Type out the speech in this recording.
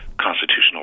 constitutional